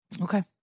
Okay